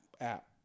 app